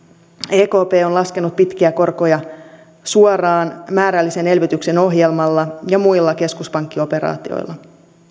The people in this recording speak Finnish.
ekp on laskenut pitkiä korkoja suoraan määrällisen elvytyksen ohjelmalla ja muilla keskuspankkioperaatioilla